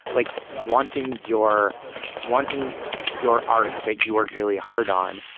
like wanting your wanting your art that you worked really hard on.